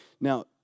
Now